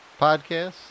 Podcast